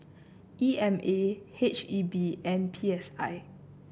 E M A H E B and P S I